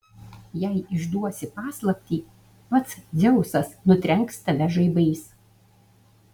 jei išduosi paslaptį pats dzeusas nutrenks tave žaibais